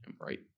right